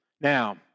Now